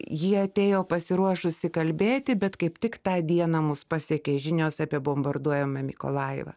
ji atėjo pasiruošusi kalbėti bet kaip tik tą dieną mus pasiekė žinios apie bombarduojamą mykolajivą